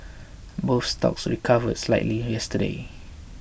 both stocks recovered slightly yesterday